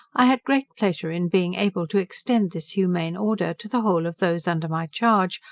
i had great pleasure in being able to extend this humane order to the whole of those under my charge,